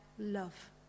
love